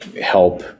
help